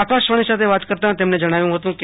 આકાશવાણી સાથે વાત કરતાં તમણે જણાવ્યું હતું કે